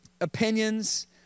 opinions